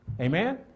Amen